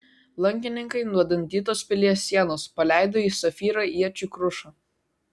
lankininkai nuo dantytos pilies sienos paleido į safyrą iečių krušą